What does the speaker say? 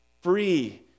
free